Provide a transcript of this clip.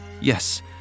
Yes